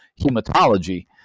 hematology